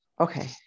okay